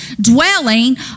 dwelling